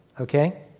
okay